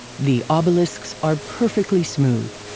the obelisks are perfectly smooth.